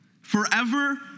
forever